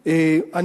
את זה.